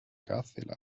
gaszähler